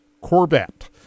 Corvette